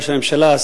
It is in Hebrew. ראש הממשלה,